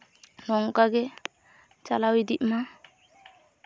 ᱱᱚᱝᱠᱟᱜᱮ ᱪᱟᱞᱟᱣ ᱤᱫᱤᱜ ᱢᱟ